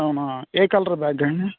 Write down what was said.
అవునా ఏ colour bag అండి